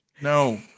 No